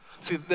See